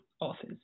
authors